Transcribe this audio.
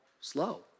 slow